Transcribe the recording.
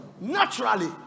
naturally